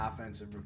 offensive